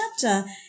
chapter